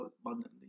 abundantly